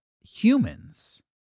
humans